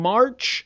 March